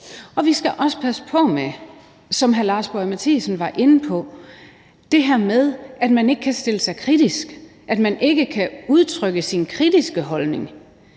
var inde på, det her med, at man ikke kan stille sig kritisk, at man ikke kan udtrykke sin kritiske holdning,